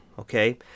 Okay